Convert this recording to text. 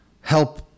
help